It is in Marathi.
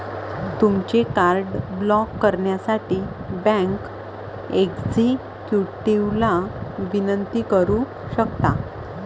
तुमचे कार्ड ब्लॉक करण्यासाठी बँक एक्झिक्युटिव्हला विनंती करू शकता